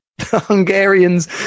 Hungarians